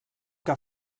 que